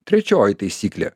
trečioji taisyklė